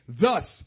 thus